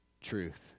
truth